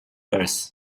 earth